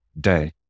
day